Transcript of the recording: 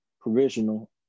provisional